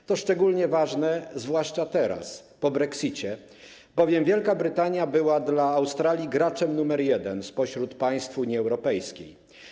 To jest szczególnie ważne zwłaszcza teraz, po brexicie, bowiem Wielka Brytania była dla Australii graczem numer jeden wśród państw Unii Europejskiej.